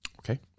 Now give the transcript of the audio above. Okay